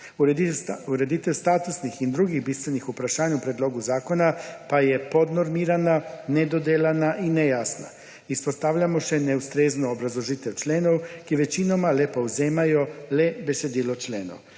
Ureditev statusnih in drugih bistvenih vprašanj v predlogu zakona pa je podnormirana, nedodelana in nejasna. Izpostavljamo še neustrezno obrazložitev členov, ki večinoma le povzemajo besedilo členov.